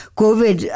covid